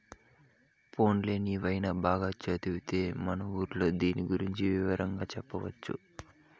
పోన్లే నీవైన బాగా చదివొత్తే మన ఊర్లో దీని గురించి వివరంగా చెప్పొచ్చు